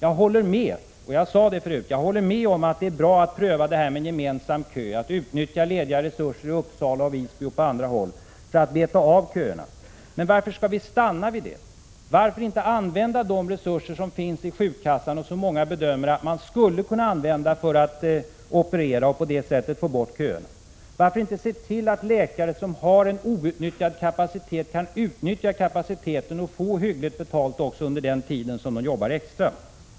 Jag håller med om, vilket jag sade tidigare, att det är bra att pröva förslaget om gemensam kö och att utnyttja lediga resurser i Uppsala, Visby och på andra håll för att beta av köerna. Men varför skall vi stanna där? Varför inte använda de resurser som finns inom försäkringskas sans ram och som många bedömer att man skulle kunna använda för att ” operera och på det sättet få bort köerna? Varför inte se till att läkare som har en outnyttjad kapacitet kan använda denna outnyttjade kapacitet och få hyggligt betalt under den tid de arbetar extra?